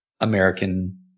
American